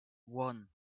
one